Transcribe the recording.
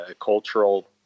cultural